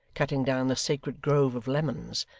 cutting down the sacred grove of lemons,